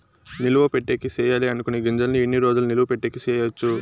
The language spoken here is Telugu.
నిలువ పెట్టేకి సేయాలి అనుకునే గింజల్ని ఎన్ని రోజులు నిలువ పెట్టేకి చేయొచ్చు